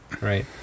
right